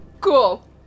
cool